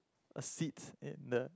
a seats in the